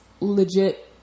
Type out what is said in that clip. legit